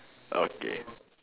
okay